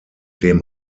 dem